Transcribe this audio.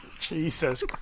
Jesus